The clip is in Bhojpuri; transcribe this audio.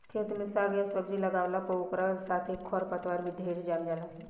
खेत में साग आ सब्जी लागावला पर ओकरा साथे खर पतवार भी ढेरे जाम जाला